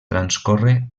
transcorre